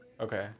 Okay